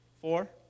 four